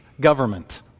government